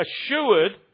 assured